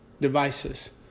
devices